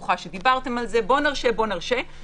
צחי דיבר על אי-בהירות והוא צודק,